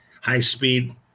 high-speed